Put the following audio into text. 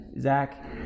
Zach